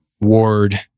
ward